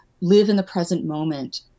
live-in-the-present-moment